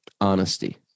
honesty